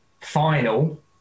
final